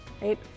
right